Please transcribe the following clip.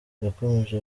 yakomeje